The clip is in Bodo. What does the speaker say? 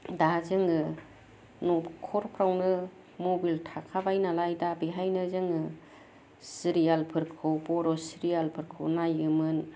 दा जोङो न'खरफ्रावनो मबाइल थाखाबाय नालाय दा बेहायनो जोङो सिरियाल फोरखौ बर' सिरियाल फोरखौ नायोमोन